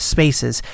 Spaces